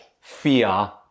fear